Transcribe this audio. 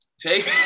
Take